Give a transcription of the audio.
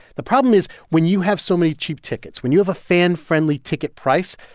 the problem is, when you have so many cheap tickets when you have a fan-friendly ticket price,